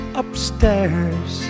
upstairs